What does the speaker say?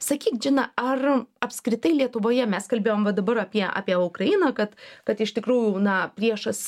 sakyk džina ar apskritai lietuvoje mes kalbėjom va dabar apie apie ukrainą kad kad iš tikrųjų na priešas